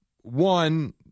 One